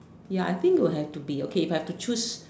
ya I think will have to be okay if I have to choose